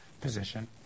position